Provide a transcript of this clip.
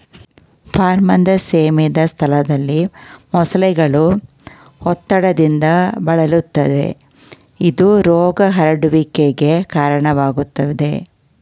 ಫಾರ್ಮ್ನಂತ ಸೀಮಿತ ಸ್ಥಳದಲ್ಲಿ ಮೊಸಳೆಗಳು ಒತ್ತಡದಿಂದ ಬಳಲುತ್ತವೆ ಇದು ರೋಗ ಹರಡುವಿಕೆಗೆ ಕಾರಣವಾಗ್ತದೆ